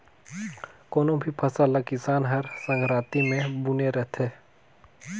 कोनो भी फसल ल किसान हर संघराती मे बूने रहथे